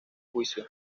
juicio